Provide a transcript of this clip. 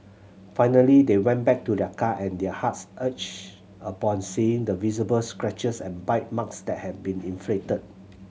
finally they went back to their car and their hearts ached upon seeing the visible scratches and bite marks that had been inflicted